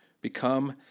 become